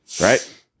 Right